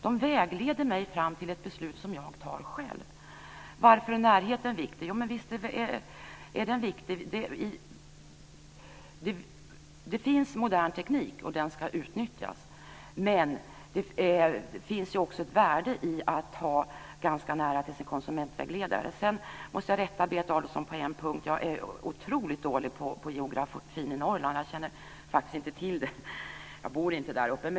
De vägleder mig fram till ett beslut som jag själv fattar. Varför är närheten viktig? Den är viktig. Det finns modern teknik, och den ska utnyttjas. Men det finns också ett värde i att ha ganska nära till sin konsumentvägledare. Sedan måste jag rätta Berit Adolfsson på en punkt. Jag är otroligt dålig på geografin i Norrland. Jag känner faktiskt inte till den. Jag bor inte där uppe.